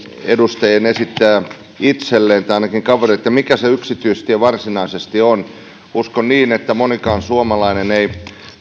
edustajien hyvä esittää itselleen tai ainakin kavereilleen on että mikä se yksityistie varsinaisesti on uskon niin että monikaan suomalainen ei